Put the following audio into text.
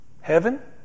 Heaven